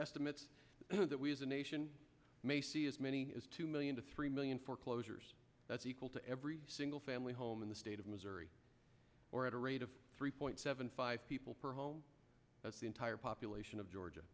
estimates that we as a nation may see as many as two million to three million foreclosures that's equal to every single family home in the state of missouri or at a rate of three point seven five people per home that's the entire population of georgia